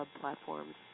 platforms